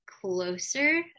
closer